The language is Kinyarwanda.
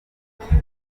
twigeze